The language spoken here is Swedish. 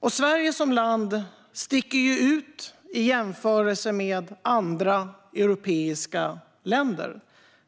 Och Sverige sticker ut i jämförelse med andra europeiska länder,